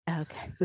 Okay